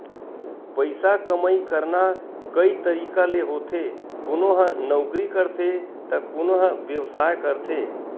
पइसा कमई करना कइ तरिका ले होथे कोनो ह नउकरी करथे त कोनो ह बेवसाय करथे